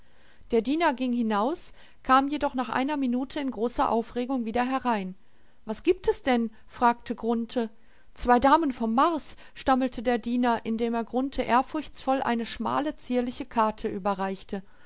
der diener ging hinaus kam jedoch nach einer minute in großer aufregung wieder herein was gibt es denn fragte grunthe zwei damen vom mars stammelte der diener indem er grunthe ehrfurchtsvoll eine schmale zierliche karte überreichte